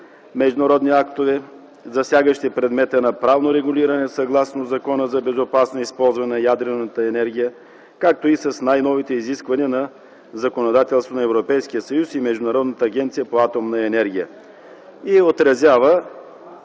международни актове, засягащи предмета на правно регулиране съгласно Закона за безопасно използване на ядрената енергия, както и с най-новите изисквания на законодателството на Европейския съюз и Международната агенция по атомна енергия и отразява